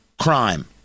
crime